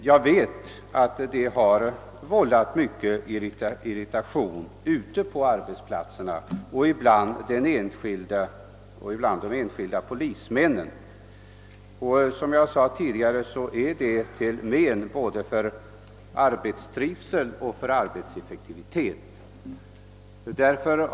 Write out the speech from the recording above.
Jag vet att systemet har vållat stor irritation ute på arbetsplatserna och bland de enskilda polismännen. Detta är, som jag sade tidigare, till men både för arbetstrivsel och arbetseffektivitet.